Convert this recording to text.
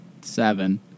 Seven